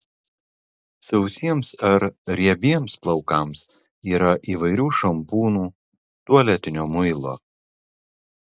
sausiems ar riebiems plaukams yra įvairių šampūnų tualetinio muilo